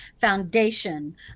foundation